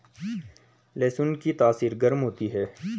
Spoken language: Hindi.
लहसुन की तासीर गर्म होती है